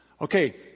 Okay